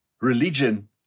Religion